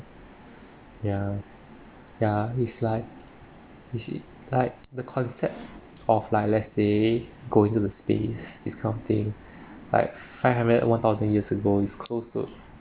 ya ya it's like you see like the concept of like let's say going to the space this kind of thing like five hundred one thousand years ago is close to